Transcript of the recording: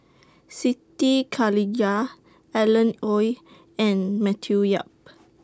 Siti Khalijah Alan Oei and Matthew Yap